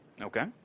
Okay